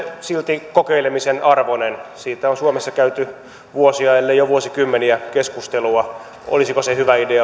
silti kokeilemisen arvoinen siitä on suomessa käyty vuosia ellei jo vuosikymmeniä keskustelua olisiko se